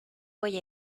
voy